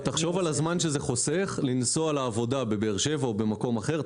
תחשוב על הזמן שזה חוסך לנסוע לעבודה בבאר שבע או במקום אחר.